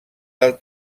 del